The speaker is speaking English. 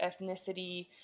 ethnicity